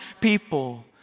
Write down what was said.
people